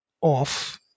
off